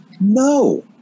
No